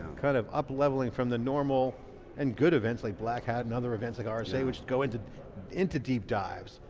kind of up leveling from the normal and good events like black hat and other events like um rsa which go into into deep dives.